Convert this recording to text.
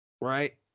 Right